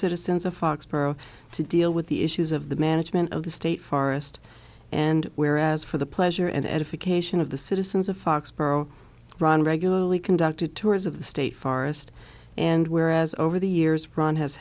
citizens of foxboro to deal with the issues of the management of the state forest and where as for the pleasure and edification of the citizens of foxboro ron regularly conducted tours of the state forest and whereas over the years ron has